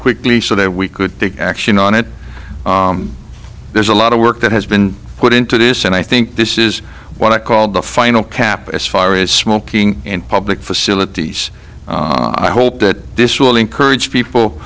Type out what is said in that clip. quickly so that we could action on it there's a lot of work that has been put into this and i think this is what i called the final cap as far as smoking in public facilities are i hope that this will encourage people